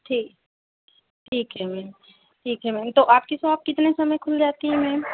ठीक है ठीक है मैम ठीक है मैम तो आपकी सॉप कितने समय खुल जाती हैं मैम